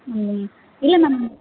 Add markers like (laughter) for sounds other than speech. (unintelligible) இல்லை மேம்